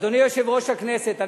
אדוני יושב-ראש הכנסת,